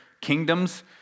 kingdoms